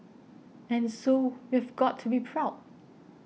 and so we've got to be proud